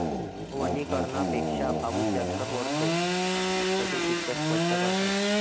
वनीकरणापेक्षा पाऊस जास्त पडतो, असे शिक्षक स्पष्ट करतात